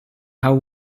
how